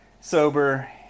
sober